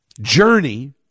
journey